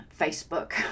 Facebook